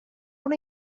una